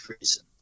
reason